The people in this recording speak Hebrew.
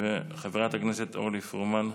וחברת הכנסת אורלי פרומן,